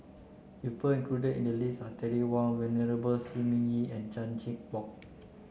people included in the list are Terry Wong Venerable Shi Ming Yi and Chan Chin Bock